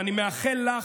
ואני מאחל לך,